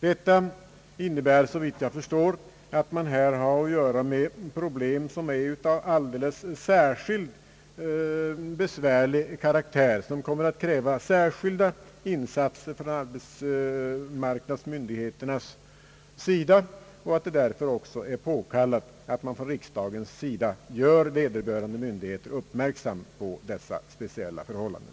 Detta innebär, såvitt jag förstår, att vi här har att göra med problem av alldeles särskilt besvärlig karaktär, som kommer att kräva särskilda insatser från arbetsmarknadsmyndigheternas sida. Därför är det också påkallat att riksdagen gör vederbörande myndighet uppmärksam på dessa speciella förhållanden.